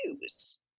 use